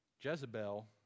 Jezebel